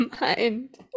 mind